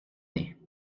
nez